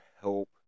help